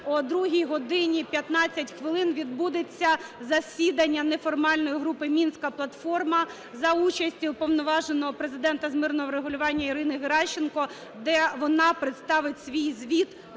О 14 годині 15 хвилин відбудеться засідання неформальної групи "Мінська платформа" за участі Уповноваженого Президента з мирного врегулювання Ірини Геращенко, де вона представить свій звіт